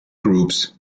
groups